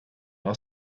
aus